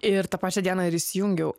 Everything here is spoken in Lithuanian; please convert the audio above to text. ir tą pačią dieną ir įsijungiau